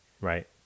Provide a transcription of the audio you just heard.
Right